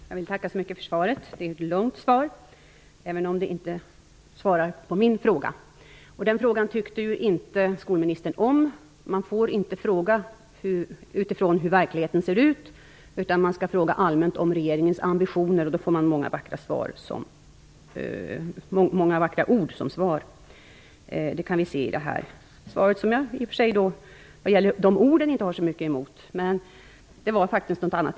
Herr talman! Jag vill tacka så mycket för svaret. Det är ett långt svar, även om det inte svarar på min fråga. Den frågan tyckte inte skolministern om. Man får inte fråga utifrån hur verkligheten ser ut, utan man skall fråga allmänt om regeringens ambitioner. Då får man många vackra ord till svar. Det kan vi se i det svar som jag har fått, vars ord jag i och för sig inte har så mycket emot. Men frågan gällde faktiskt något annat.